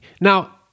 Now